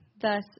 Thus